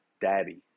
Daddy